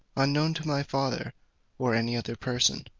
unknown to my father or any other person.